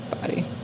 body